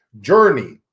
journey